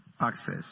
access